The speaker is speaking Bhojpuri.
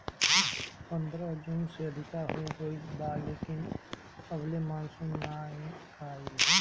पंद्रह जून से अधिका हो गईल बा लेकिन अबले मानसून नाइ आइल